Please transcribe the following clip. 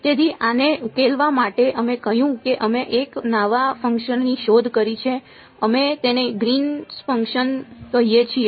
તેથી આને ઉકેલવા માટે અમે કહ્યું કે અમે એક નવા ફંક્શનની શોધ કરી છે અમે તેને ગ્રીન્સ ફંક્શન કહીએ છીએ